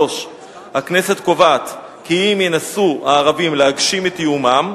3. הכנסת קובעת כי אם ינסו הערבים להגשים את איומם,